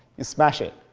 you smash it.